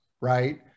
right